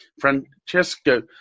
Francesco